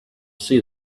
see